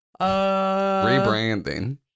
Rebranding